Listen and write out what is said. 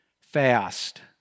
fast